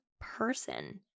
person